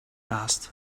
asked